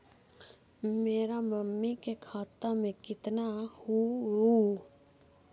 मेरा मामी के खाता में कितना हूउ?